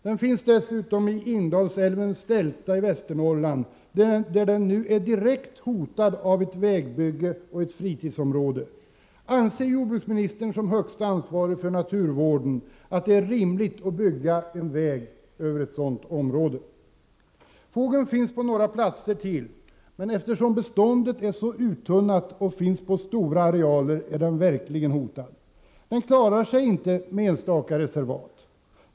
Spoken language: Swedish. Den finns dessutom i Indalsälvens delta i Västernorrland, där den nu är direkt hotad av ett vägbygge och ett fritidsområde. Anser jordbruksministern, som högsta ansvarig för naturvården, att det är rimligt att bygga en väg över sådana områden? Fågeln finns på några platser till, men eftersom beståndet är så uttunnat och finns på så stora arealer, är den verkligen hotad. Den klarar sig inte med enstaka reservat.